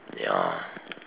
ya